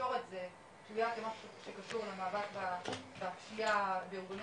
בתקשורת זה הופיע כמשהו שקשור למאבק בפשיעה בארגוני